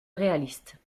réalistes